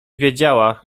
wiedziała